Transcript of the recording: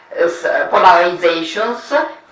polarizations